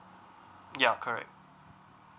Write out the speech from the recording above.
ya correct mm